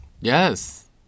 Yes